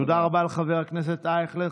תודה רבה לחבר הכנסת אייכלר.